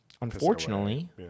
unfortunately